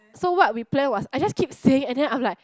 so what we plan was I just keep saying and then I'm like